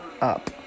up